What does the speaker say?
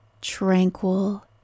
tranquil